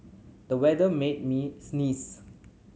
the weather made me sneeze